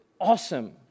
Awesome